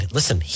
listen